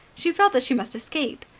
she felt that she must escape.